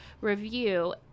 review